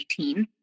2018